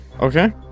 Okay